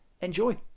enjoy